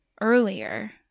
earlier